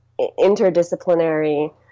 interdisciplinary